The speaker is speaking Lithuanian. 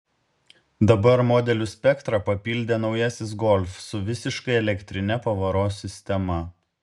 dabar modelių spektrą papildė naujasis golf su visiškai elektrine pavaros sistema